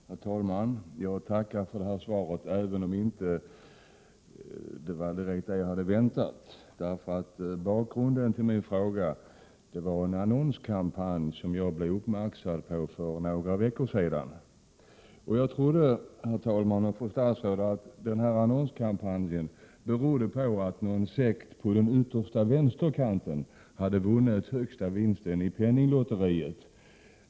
Herr talman! Jag tackar för svaret, även om det inte var direkt vad jag hade väntat mig. Bakgrunden till min fråga var en annonskampanj, som jag för några veckor sedan blev uppmärksam på. Jag trodde att denna annonskampanj berodde på att någon sekt på den yttersta vänsterkanten vunnit högsta vinsten i penninglotteriet.